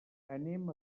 anem